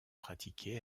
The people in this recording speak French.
pratiquées